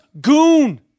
goon